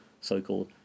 so-called